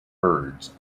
birds